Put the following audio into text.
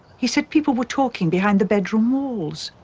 he said people were talking behind the bedroom walls.